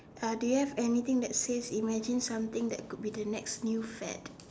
uh do you have anything that says imagine something that could be the next new fad